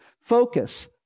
Focus